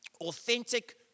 Authentic